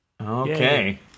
Okay